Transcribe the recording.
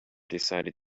decided